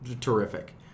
terrific